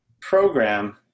program